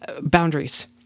boundaries